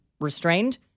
restrained